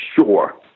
sure